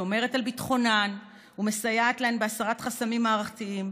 שומרת על ביטחונן ומסייעת להן בהסרת חסמים מערכתיים,